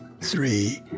three